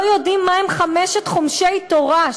לא יודעים מהם חמשת חומשי תורה,